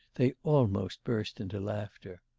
they almost burst into laughter.